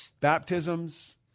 baptisms